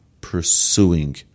pursuing